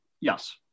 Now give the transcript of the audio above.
yes